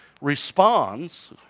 responds